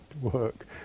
work